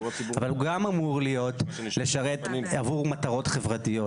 אבל הוא גם אמור לשרת עבור מטרות חברתיות,